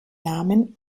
namen